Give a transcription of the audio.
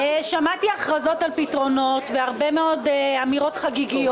שמעתי הכרזות על פתרונות והרבה מאוד אמירות חגיגיות.